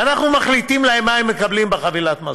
ואנחנו מחליטים להם מה הם מקבלים בחבילת המזון.